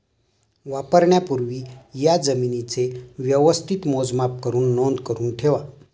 वापरण्यापूर्वी या जमीनेचे व्यवस्थित मोजमाप करुन नोंद करुन ठेवा